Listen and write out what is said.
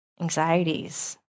anxieties